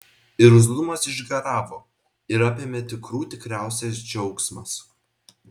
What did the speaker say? irzlumas išgaravo ir apėmė tikrų tikriausias džiaugsmas